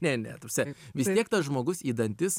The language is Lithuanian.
ne ne ta prasme vis tiek tas žmogus į dantis